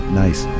nice